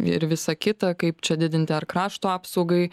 ir visa kita kaip čia didinti ar krašto apsaugai